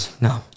no